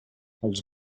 els